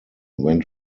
went